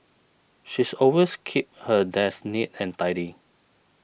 she's always keeps her desk neat and tidy